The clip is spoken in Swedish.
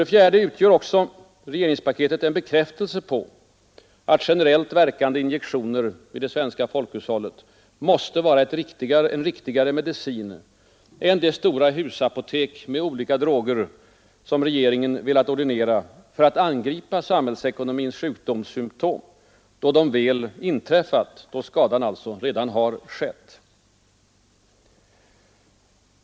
Det utgör också en bekräftelse på att generellt verkande injektioner i det svenska folkhushållet måste vara en riktigare medicin än det stora husapotek med olika droger, som regeringen velat ordinera för att angripa samhällsekonomins sjukdomssymtom då de väl inträffat — då skadan alltså redan har skett. 5.